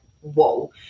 whoa